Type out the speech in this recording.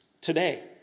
today